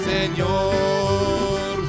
Señor